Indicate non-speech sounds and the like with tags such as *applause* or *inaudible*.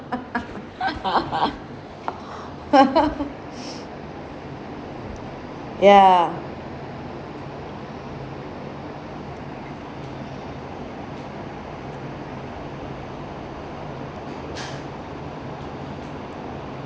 *laughs* *noise* ya